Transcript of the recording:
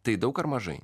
tai daug ar mažai